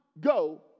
go